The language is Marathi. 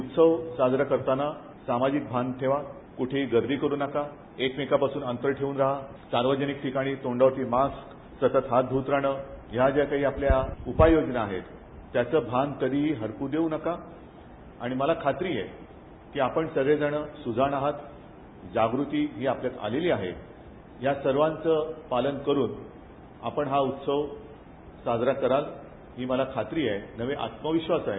उत्सव साजरा करताना सामाजिक भान ठेवा कुठे गर्दी करू नका एकमेकांपासून अंतर ठेवून हा सार्वजनिक ठिकाणी तोंडावरती मास्क सतत हात धुवत रहा या काय आपल्या उपाययोजना आहेत त्याचं भान कधी हरप् देऊ नका आणि मला खात्री आहे की आपण सगळेजण सुजाण आहात जागृती ही आपल्या आलेली आहे या सर्वांचे पालन करून आपण हा उत्सव साजरा कराल आणि मला खात्री आहे आत्मविश्वास आहे